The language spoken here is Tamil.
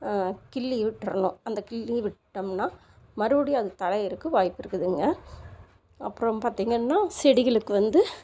கிள்ளி விட்டுறணும் அந்த கிள்ளி விட்டோம்ன்னா மறுபடியும் அது தழையிறக்கு வாய்ப்பு இருக்குதுங்க அப்புறம் பார்த்திங்கன்னா செடிகளுக்கு வந்து